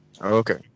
Okay